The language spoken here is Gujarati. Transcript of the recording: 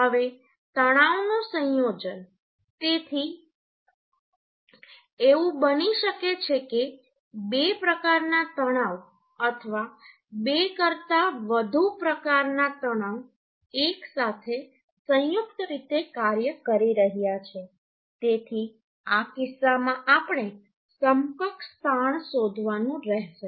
હવે તણાવનું સંયોજન તેથી એવું બની શકે છે કે બે પ્રકારના તણાવ અથવા બે કરતાં વધુ પ્રકારના તણાવ એકસાથે સંયુક્ત રીતે કાર્ય કરી રહ્યા છે તેથી આ કિસ્સામાં આપણે સમકક્ષ તાણ શોધવાનું રહેશે